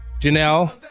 Janelle